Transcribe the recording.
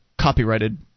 copyrighted